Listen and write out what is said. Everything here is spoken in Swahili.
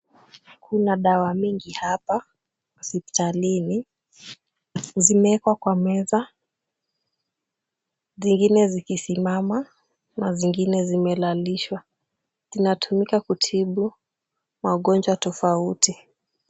Kuna dawa mingi hapa hospitalini. Zimewekwa kwa meza zingine zikisimama na zingine zimelalishwa. Inatumika kutibu magonjwa tofauti.